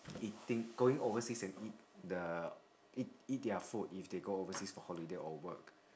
eating going overseas and eat the eat eat their food if they go overseas for holiday or work